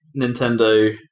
Nintendo